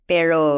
Pero